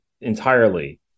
entirely